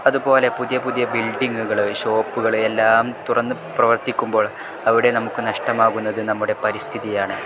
അതുപോലെ പുതിയ പുതിയ ബിൽഡിങ്ങുകൾ ഷോപ്പുകൾ എല്ലാം തുറന്ന് പ്രവർത്തിക്കുമ്പോൾ അവിടെ നമുക്ക് നഷ്ടമാകുന്നത് നമ്മുടെ പരിസ്ഥിതിയാണ്